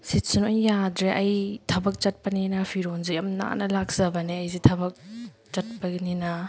ꯁꯤꯠꯁꯨ ꯂꯣꯏ ꯌꯥꯗ꯭ꯔꯦ ꯑꯩ ꯊꯕꯛ ꯆꯠꯄꯅꯤꯅ ꯐꯤꯔꯣꯟꯁꯨ ꯌꯥꯝ ꯅꯥꯟꯅ ꯂꯥꯛꯆꯕꯅꯦ ꯑꯩꯁꯦ ꯊꯕꯛ ꯆꯠꯄꯒꯤꯅꯤꯅ